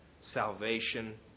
salvation